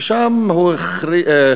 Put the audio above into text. ושם הוא הכריז